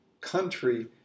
country